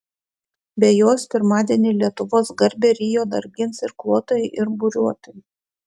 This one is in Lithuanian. be jos pirmadienį lietuvos garbę rio dar gins irkluotojai ir buriuotojai